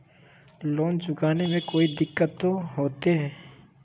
Loan चुकाने में कोई दिक्कतों होते?